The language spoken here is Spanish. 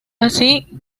así